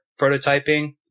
prototyping